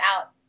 out